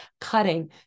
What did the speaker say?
cutting